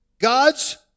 God's